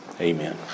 Amen